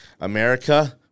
America